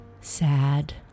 sad